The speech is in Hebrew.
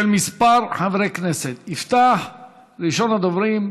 חבר הכנסת רוברט אילטוב,